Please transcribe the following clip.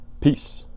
Peace